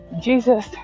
Jesus